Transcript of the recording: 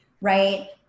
right